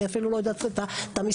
אני אפילו לא יודעת את המספרים.